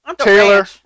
Taylor